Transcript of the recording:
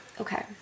Okay